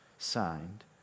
Signed